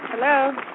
Hello